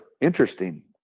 interesting